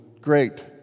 great